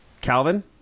Calvin